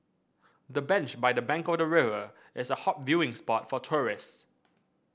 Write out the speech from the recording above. the bench by the bank of the river is a hot viewing spot for tourist